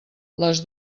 les